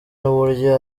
n’uburyo